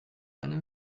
eine